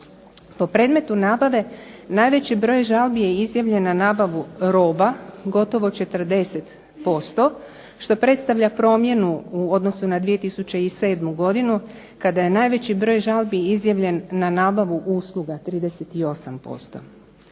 Po predmetu nabave najveći broj žalbi je izjavljen na nabavu roba, gotovo 40%, što predstavlja promjenu u odnosu na 2007. godinu, kada je najveći broj žalbi izjavljen na nabavu usluga 38%